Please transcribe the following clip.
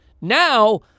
Now